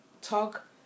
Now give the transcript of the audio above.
talk